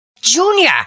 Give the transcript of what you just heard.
Junior